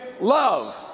love